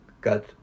got